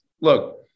Look